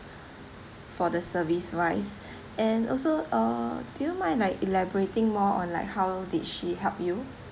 for the service wise and also uh do you mind like elaborating more on like how did she help you